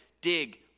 dig